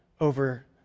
over